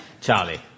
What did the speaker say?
Charlie